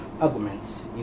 arguments